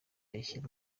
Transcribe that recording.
yashyira